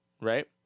Right